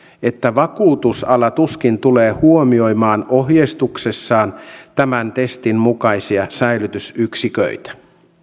että vakuutusala tuskin tulee huomioimaan ohjeistuksessaan tämän testin mukaisia säilytysyksiköitä